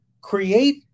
create